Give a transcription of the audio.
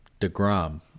DeGrom